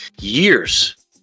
years